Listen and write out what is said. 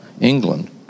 England